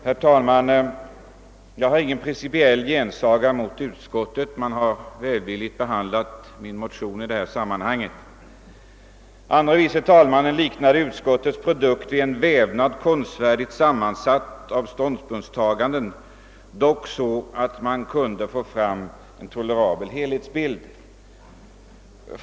Herr talman! Jag har ingen principiell gensaga mot utskottet, där man välvilligt behandlat min motion i detta sammanhang. Herr andre vice talmannen liknade utskottets produkt vid en vävnad som var konstfärdigt sammansatt av ståndpunktstaganden, dock så att en tolerabel helhetsbild uppnåddes.